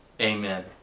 Amen